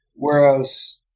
Whereas